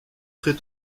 très